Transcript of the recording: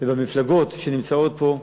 ובמפלגות שנמצאות פה,